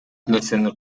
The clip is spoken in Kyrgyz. нерсени